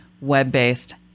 web-based